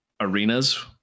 arenas